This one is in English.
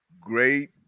great